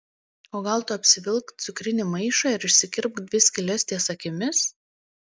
o gal tu apsivilk cukrinį maišą ir išsikirpk dvi skyles ties akimis